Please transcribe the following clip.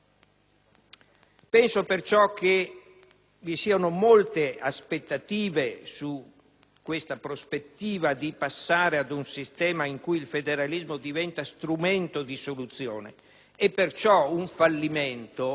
Ritengo che vi siano molte aspettative sulla prospettiva di passare ad un sistema in cui il federalismo diventi uno strumento di soluzione e penso perciò che un fallimento